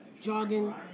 jogging